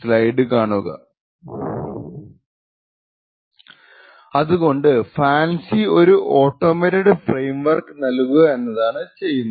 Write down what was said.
slide കാണുക സമയം 536 അതുകൊണ്ട് ഫാൻസി ഒരു ഓട്ടോമേറ്റഡ് ഫ്രെയിംവർക് നൽകുക എന്നതാണ് ചെയ്യുന്നത്